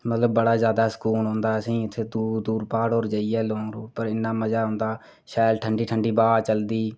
मतलब बड़ा जादा सुकून होंदा इत्थें असेंगी दूर दूर प्हाड़े पर जाइयै लांग रूट पर इन्ना मज़ा आंदा शैल ठंडी ठंडी ब्हाऽ चलदी